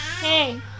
Hey